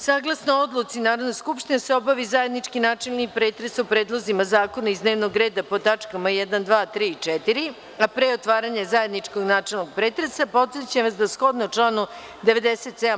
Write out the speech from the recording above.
Saglasno odluci Narodne skupštine da se obavi zajednički načelni pretres o predlozima zakona iz dnevnog reda pod tačkama 1, 2, 3. i 4, a pre otvaranja zajedničkog načelnog pretresa, podsećam vas da, shodno članu 97.